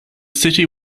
city